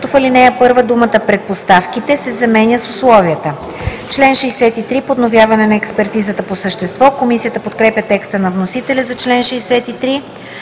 като в ал. 1 думата „предпоставките“ се заменя с „условията“. „Член 63 – Подновяване на експертизата по същество“. Комисията подкрепя текста на вносителя за чл. 63.